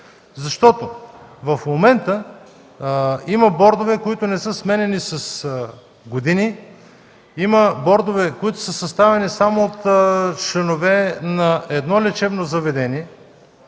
Защото в момента има бордове, които не са се сменили с години. Има бордове, съставени само от членове на едно лечебно заведение.